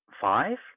five